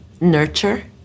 nurture